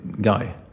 guy